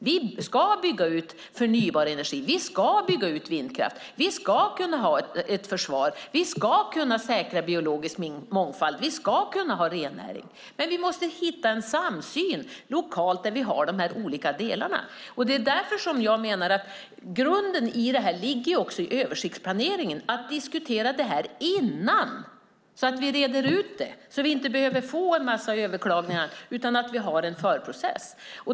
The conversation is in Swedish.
Vi ska bygga ut förnybar energi och vindkraft, vi ska kunna ha ett försvar, vi ska kunna säkra biologisk mångfald och vi ska kunna ha rennäring. Vi måste dock hitta en samsyn lokalt där vi har dessa olika delar. Grunden för detta ligger i översiktsplaneringen och att vi diskuterar detta före så att vi reder ut det och inte behöver få en massa överklaganden. Vi måste ha en förprocess.